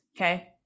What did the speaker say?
Okay